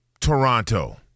Toronto